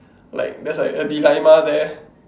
like that's like a dilemma there